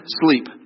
sleep